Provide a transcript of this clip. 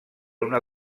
una